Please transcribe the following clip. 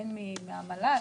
הן מהמל"ל,